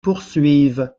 poursuive